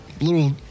little